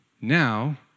Now